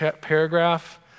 paragraph